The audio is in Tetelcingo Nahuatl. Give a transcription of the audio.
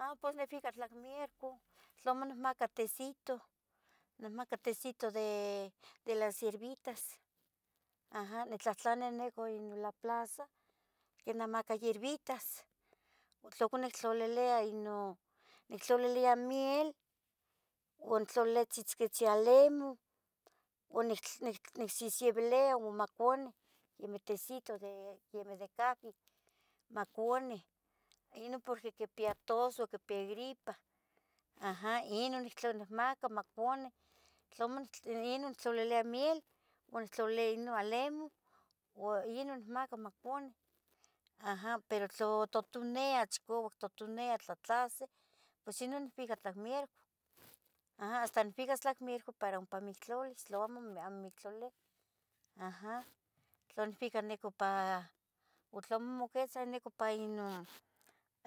A pus nicfica tla mierco, tlamo nicmaca tecito, nicmaca tecito de las hierbitas, aja nitlatlani nicon la plaza, quinumacah hierbitas, tlo nictlalilia inon, nictlaliliah miel o tlilileya tzihtziquitzih alemon. Nicsesevilia uo maconi quemeh tecito quemeh, quemih de cafi maconih inon porqui quipia tos o quipiya gripa aja, inon tlien nicmaca maconih, inono nictlalilia miel uan nictlalilia alemoh inon nicmaca maconih, aja, pero tla totonia chicavac totonia tlatlasi pos inon nicfica tla namierco, hasta nacficas ca tla namierco para ompa moectlalia, tlamo amo moyectlalia, tla amo moquetza